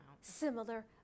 Similar